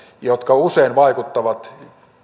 jotka usein vaikuttavat